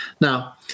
Now